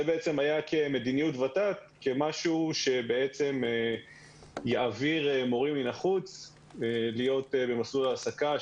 זה היה במדיניות ות"ת כמשהו שיעביר מורים מן החוץ להיות במסלול העסקה,